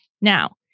Now